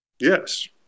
Yes